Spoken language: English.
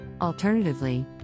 Alternatively